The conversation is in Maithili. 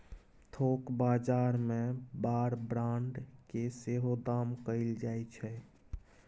थोक बजार मे बार ब्रांड केँ सेहो दाम कएल जाइ छै